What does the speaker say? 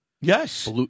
Yes